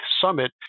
summit